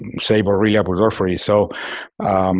and say, borrelia burgdorferi. so,